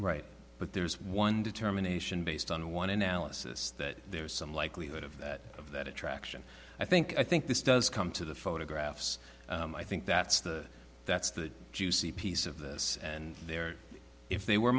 right but there's one determination based on one analysis that there is some likelihood of that of that attraction i think i think this does come to the photographs i think that's the that's the juicy piece of this and they're if they were